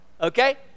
okay